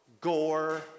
gore